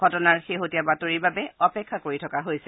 ঘটনাৰ শেহতীয়া বাতৰিৰ বাবে অপেক্ষা কৰি থকা হৈছে